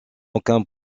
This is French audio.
aucun